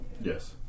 Yes